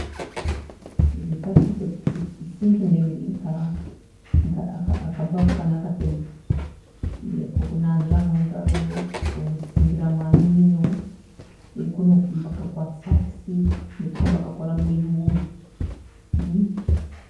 sink neeba eri nka- nka akabaafu kanu akataito, akokunaabiramu engaro, kusingilramu amaino, ko nibakakwaasa hakisiika, baitu ko nibakakora mwiibumba.